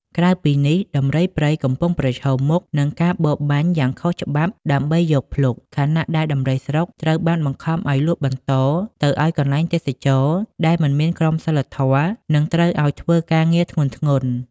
ក្រៅពីនេះ ដំរីព្រៃកំពុងប្រឈមមុខនឹងការបរបាញ់យ៉ាងខុសច្បាប់ដើម្បីយកភ្លុក ខណៈដែលដំរីស្រុកត្រូវបានបង្ខំឱ្យលក់បន្តទៅឱ្យកន្លែងទេសចរណ៍ដែលមិនមានក្រមសីលធម៌ និងត្រូវឲ្យធ្វើការងារធ្ងន់ៗ។